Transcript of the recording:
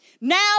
Now